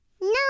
no